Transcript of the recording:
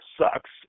sucks